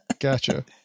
gotcha